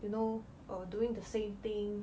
you know or doing the same thing